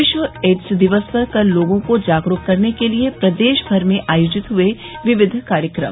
विश्व एड्स दिवस पर कल लोगों को जागरूक करने के लिये प्रदेश भर में आयोजित हुए विविध कार्यक्रम